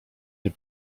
nie